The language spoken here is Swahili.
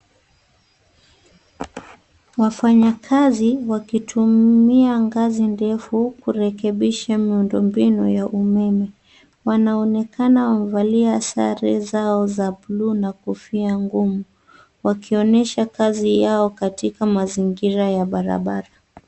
Wafanyakazi wakitumia ngazi ndefu kurekebisha miundo mbinu ya umeme. Wanaonekana wamevalia sare zao za buluu na kofia ngumu wakionyesha kazi yao katika mazingira ya barabara.